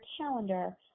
calendar